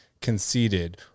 conceded